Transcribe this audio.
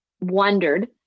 wondered